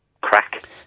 crack